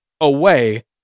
away